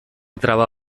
traba